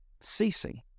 ceasing